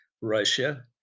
Russia